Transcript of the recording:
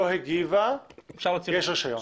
לא הגיבה, יש רישיון.